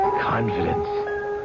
confidence